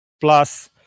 Plus